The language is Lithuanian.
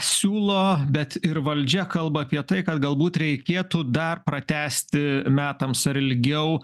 siūlo bet ir valdžia kalba apie tai kad galbūt reikėtų dar pratęsti metams ar ilgiau